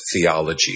theology